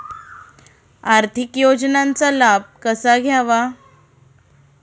आर्थिक योजनांचा लाभ कसा घ्यावा?